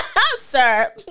Sir